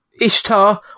Ishtar